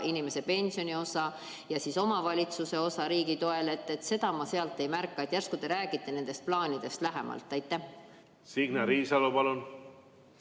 inimese pensioni osa ja omavalitsuse osa riigi toel –, ma seal ei märka. Järsku te räägite nendest plaanidest lähemalt? Signe